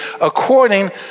according